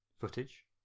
footage